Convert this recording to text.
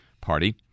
Party